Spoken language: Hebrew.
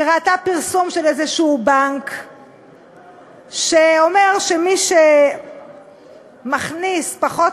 היא ראתה פרסום של איזה בנק שאומר שמי שמכניס פחות